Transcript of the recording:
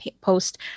post